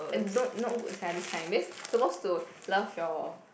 and don't not good sia this kind because suppose to love your